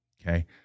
okay